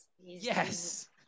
Yes